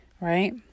Right